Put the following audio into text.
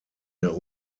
der